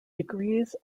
degrees